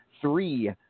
three